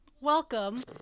Welcome